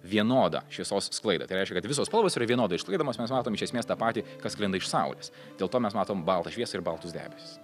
vienodą šviesos sklaidą tai reiškia kad visos salvos yra vienodai išsklaidomos mes matom iš esmės tą patį kas sklinda iš saulės dėl to mes matom baltą šviesą ir baltus debesis